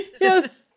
Yes